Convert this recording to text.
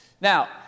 Now